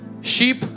Sheep